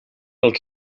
els